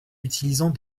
utilisant